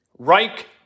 Reich